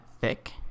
thick